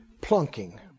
Plunking